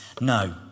No